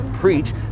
preach